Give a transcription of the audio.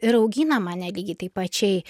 ir augina mane lygiai taip pačiai